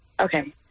Okay